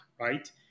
right